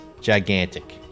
gigantic